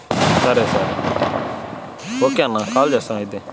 సరే సరే ఓకే అన్నా కాల్ చేస్తా అయితే